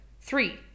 Three